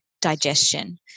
digestion